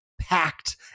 packed